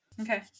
Okay